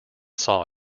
saw